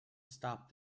stop